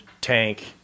tank